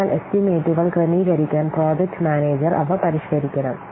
അതിനാൽ എസ്റ്റിമേറ്റുകൾ ക്രമീകരിക്കാൻ പ്രോജക്ട് മാനേജർ അവ പരിഷ്കരിക്കണം